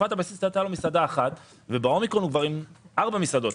בתקופת הבסיס הייתה לו מסעדה אחת ובאומיקרון הוא כבר עם ארבע מסעדות.